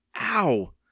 Ow